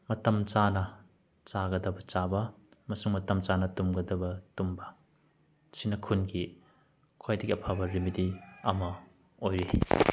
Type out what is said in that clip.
ꯃꯇꯝ ꯆꯥꯅ ꯆꯥꯒꯗꯕ ꯆꯥꯕ ꯃꯃꯁꯨꯛ ꯃꯇꯝ ꯆꯥꯕ ꯇꯨꯝꯒꯗꯕ ꯇꯨꯝꯕ ꯑꯁꯤꯅ ꯈꯨꯟꯒꯤ ꯈ꯭ꯋꯥꯏꯗꯒꯤ ꯑꯐꯕ ꯔꯤꯃꯤꯗꯤ ꯑꯃ ꯑꯣꯏ